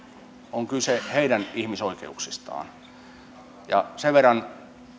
on kyse heidän ihmisoikeuksistaan sen verran